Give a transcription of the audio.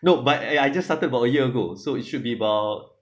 no but I I just started about a year ago so it should be about